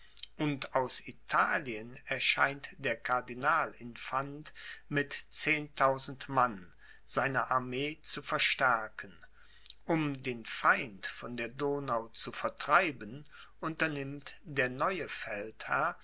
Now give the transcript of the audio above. und aus italien erscheint der cardinalinfant mit zehntausend mann seine armee zu verstärken um den feind von der donau zu vertreiben unternimmt der neue